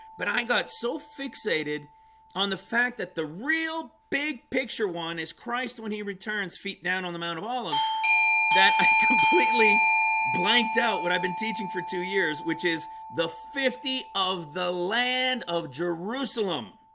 but i got so fixated on the fact that the real big picture one is christ when he returns feet down on the mount of olives that i completely blanked out what i've been teaching for two years, which is the fifty of the land of jerusalem